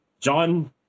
John